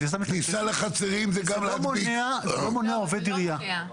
זה לא מונע עובד עירייה.